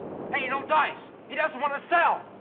hey, no dice. he doesn't want to sell.